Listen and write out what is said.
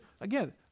again